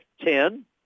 ten